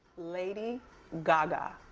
lady gaga.